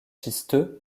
schisteux